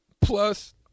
plus